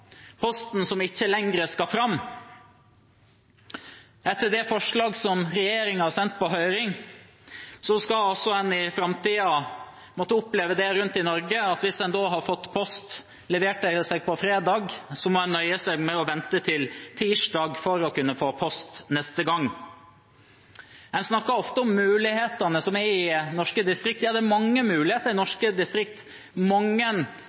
posten – posten, som ikke lenger skal fram. Ut fra det forslaget som regjeringen har sendt på høring, skal en i framtiden, rundt omkring i Norge, måtte oppleve at hvis en har fått post levert på fredag, må en nøye seg med å vente til tirsdag for å kunne få post neste gang. En snakker ofte om mulighetene som er i norske distrikter. Ja, det er mange muligheter i